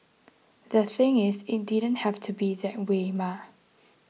the thing is it didn't have to be that way mah